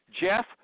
Jeff